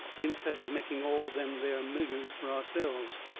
instead of making all them there millions fur ourselves.